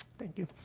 thank you.